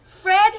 Fred